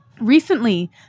Recently